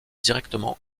directement